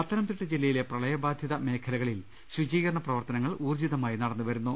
പത്തനംതിട്ട ജില്ലയിലെ പ്രളയബാധിത മേഖലകളിൽ ശുചീകരണ പ്രവർത്തനങ്ങൾ ഊജ്ജിതമായി നടന്നു വരുന്നു